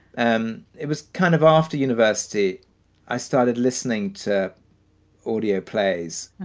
um it was kind of after university i started listening to audio plays